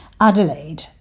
Adelaide